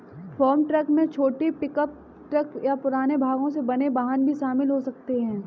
farm truck में छोटे pickup truck या पुराने भागों से बने वाहन भी शामिल हो सकते हैं